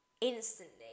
Instantly